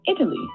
Italy